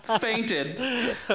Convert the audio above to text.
fainted